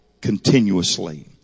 continuously